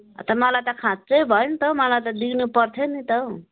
त मलाई त खाँच्चै भयो नि त हौ मलाई त दिनुपर्थ्यो नि त हौ